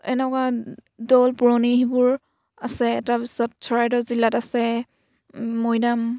এনেকুৱা দৌল পুৰণি সেইবোৰ আছে তাৰপিছত চৰাইদেউ জিলাত আছে মৈদাম